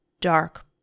dark